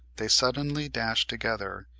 they suddenly dash together,